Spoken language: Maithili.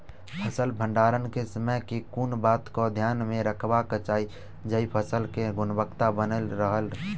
फसल भण्डारण केँ समय केँ कुन बात कऽ ध्यान मे रखबाक चाहि जयसँ फसल केँ गुणवता बनल रहै?